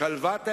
שלוות האזרחים,